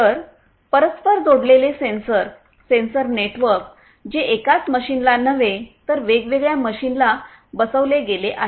तर परस्पर जोडलेले सेन्सर सेन्सर नेटवर्क जे एकाच मशीनला नव्हे तर वेगवेगळ्या मशीनला बसवले गेले आहेत